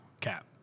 cap